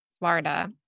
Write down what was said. Florida